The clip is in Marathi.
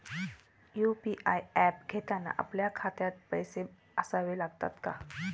यु.पी.आय ऍप घेताना आपल्या खात्यात पैसे असावे लागतात का?